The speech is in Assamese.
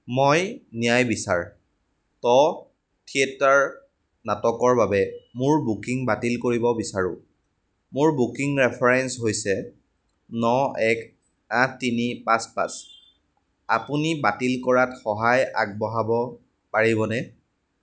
মই ন্যায়বিচাৰত থিয়েটাৰ নাটকৰ বাবে মোৰ বুকিং বাতিল কৰিব বিচাৰোঁ মোৰ বুকিং ৰেফাৰেন্স হৈছে ন এক আঠ তিনি পাঁচ পাঁচ আপুনি বাতিল কৰাত সহায় আগবঢ়াব পাৰিবনে